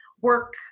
work